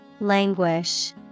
Languish